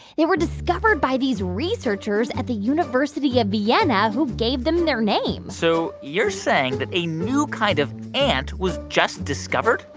they were discovered by these researchers at the university of vienna who gave them their name so you're saying that a new kind of ant was just discovered?